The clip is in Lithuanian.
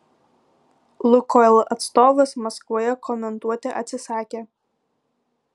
lukoil atstovas maskvoje komentuoti atsisakė